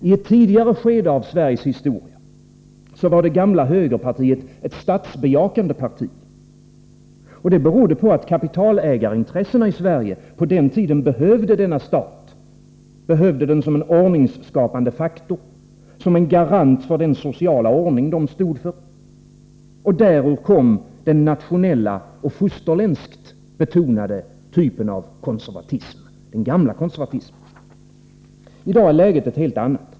I ett tidigare skede av Sveriges historia var det gamla högerpartiet ett statsbejakande parti. Det berodde på att kapitalägarintressena i Sverige på den tiden behövde denna stat som en ordningskapande faktor, som en garant för den sociala ordning de stod för. Därur kom den nationella och fosterländskt betonade typen av konservatism, den gamla konservatismen. I dag är läget ett helt annat.